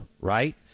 right